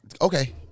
okay